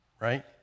right